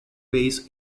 ways